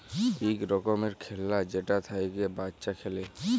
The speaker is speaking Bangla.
ইক রকমের খেল্লা যেটা থ্যাইকে বাচ্চা খেলে